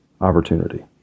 opportunity